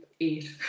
eight